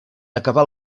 acabar